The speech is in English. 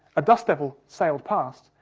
a dust devil sailed past,